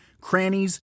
crannies